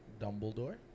Dumbledore